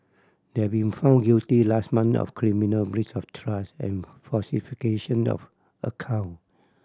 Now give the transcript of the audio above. they had been found guilty last month of criminal breach of trust and falsification of account